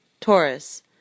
Taurus